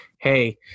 hey